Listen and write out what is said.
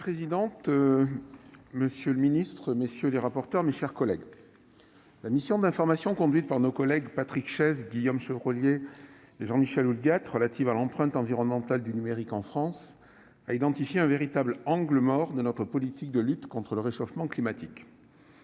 Madame la présidente, monsieur le secrétaire d'État, mes chers collègues, la mission d'information conduite par nos collègues Patrick Chaize, Guillaume Chevrollier et Jean-Michel Houllegatte, relative à l'empreinte environnementale du numérique en France, a identifié un véritable angle mort de notre politique de lutte contre le réchauffement climatique.